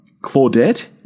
Claudette